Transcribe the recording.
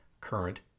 current